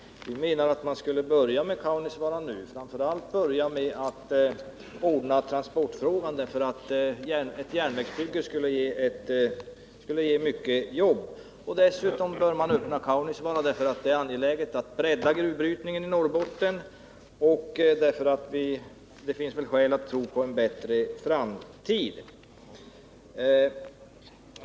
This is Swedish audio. Vi menar att man bör börja med Kaunisvaara nu, framför allt börja med att ordna transportfrågan, därför att ett järnvägsbygge skulle ge mycket jobb. Dessutom bör man öppna Kaunisvaara därför att det är angeläget att bredda gruvbrytningen i Norrbotten och därför att det finns skäl att tro på en bättre framtid.